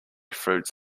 fruits